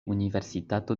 universitato